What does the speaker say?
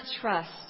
trust